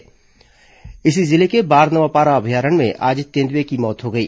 महासमुंद जिले के बारनवापारा अभयारण्य में आज तेंद्रएं की मौत हो गई